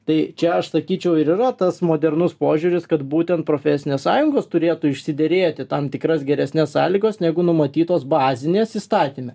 tai čia aš sakyčiau ir yra tas modernus požiūris kad būtent profesinės sąjungos turėtų išsiderėti tam tikras geresnes sąlygas negu numatytos bazinės įstatyme